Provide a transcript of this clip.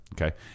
Okay